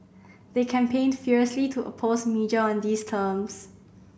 they campaigned furiously to oppose merger on these terms